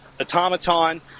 Automaton